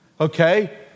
Okay